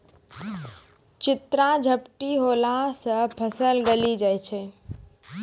चित्रा झपटी होला से फसल गली जाय छै?